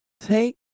take